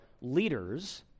leaders